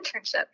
internship